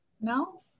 No